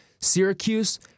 Syracuse